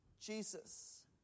Jesus